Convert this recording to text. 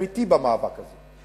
הם אתי במאבק הזה,